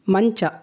ಮಂಚ